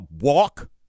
walk